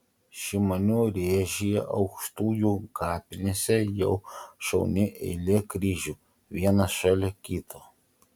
šimonių rėžyje aukštujų kapinėse jau šauni eilė kryžių vienas šalia kito